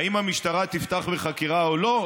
האם המשטרה תפתח בחקירה או לא?